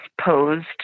posed